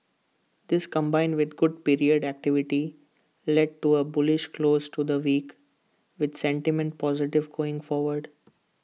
this combined with good period activity led to A bullish close to the week with sentiment positive going forward